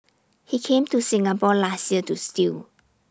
he came to Singapore last year to steal